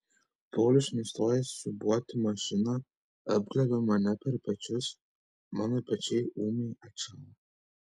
paulius nustojęs siūbuoti mašiną apglėbia mane per pečius mano pečiai ūmai atšąla